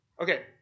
okay